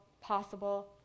possible